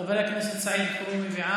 חבר הכנסת סעיד אלחרומי,